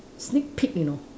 sneak peek you know